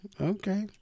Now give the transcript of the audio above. Okay